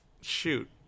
shoot